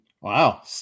Wow